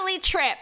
trip